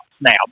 now